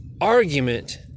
argument